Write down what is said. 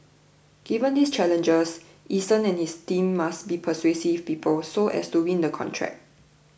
given these challenges Eason and his team must be persuasive people so as to win the contract